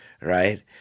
Right